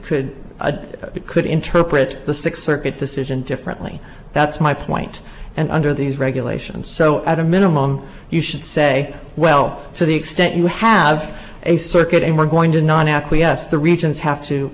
could it could interpret the six circuit decision differently that's my point and under these regulations so at a minimum you should say well to the extent you have a circuit and we're going to not acquiesce the regions have to